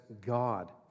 God